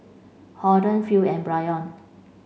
Holden Phil and Bryon